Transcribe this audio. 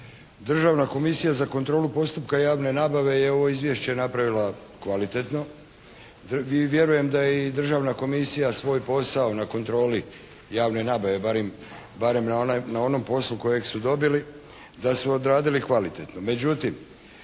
Državna komisija za kontrolu postupka javne nabave je ovo izvješće napravila kvalitetno, vjerujem da je i državna komisija svoj posao na kontroli javne nabave, barem na onom poslu kojeg su dobili, da su odradili kvalitetno.